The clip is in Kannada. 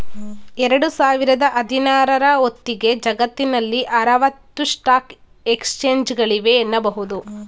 ಎರಡು ಸಾವಿರದ ಹದಿನಾರ ರ ಹೊತ್ತಿಗೆ ಜಗತ್ತಿನಲ್ಲಿ ಆರವತ್ತು ಸ್ಟಾಕ್ ಎಕ್ಸ್ಚೇಂಜ್ಗಳಿವೆ ಎನ್ನುಬಹುದು